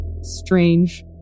strange